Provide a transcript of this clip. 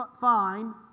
fine